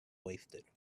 wasted